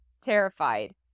terrified